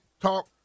talk